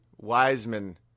Wiseman